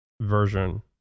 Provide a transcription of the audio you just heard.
version